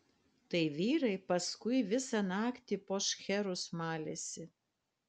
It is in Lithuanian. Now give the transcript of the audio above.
tai vyrai paskui visą naktį po šcherus malėsi